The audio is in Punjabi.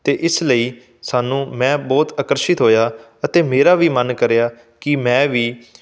ਅਤੇ ਇਸ ਲਈ ਸਾਨੂੰ ਮੈਂ ਬਹੁਤ ਆਕਰਸ਼ਿਤ ਹੋਇਆ ਅਤੇ ਮੇਰਾ ਵੀ ਮਨ ਕਰਿਆ ਕਿ ਮੈਂ ਵੀ